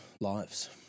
lives